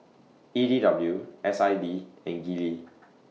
E D W S I D and Gillie